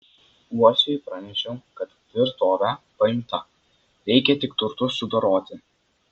uosiui pranešiau kad tvirtovė paimta reikia tik turtus sudoroti